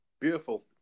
Beautiful